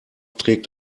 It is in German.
trägt